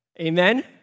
Amen